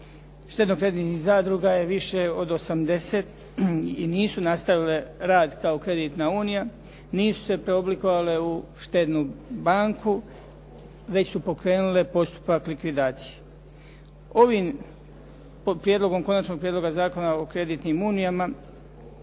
štedno-kreditnih zadruga je više od 80 i nisu nastavile rad kao kreditna unija, nisu se preoblikovale u štednu banku, već su pokrenule postupak likvidacije. Ovim potprijedlogom Konačnog prijedloga Zakona o kreditnim unijama